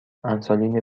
انسولین